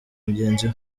mugenzi